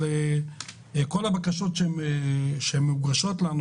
כל הבקשות שמוגשות לנו,